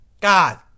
God